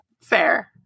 Fair